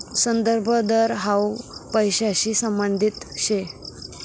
संदर्भ दर हाउ पैसांशी संबंधित शे